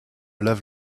lave